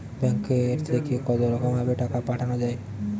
ব্যাঙ্কের থেকে কতরকম ভাবে টাকা পাঠানো য়ায়?